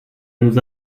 nous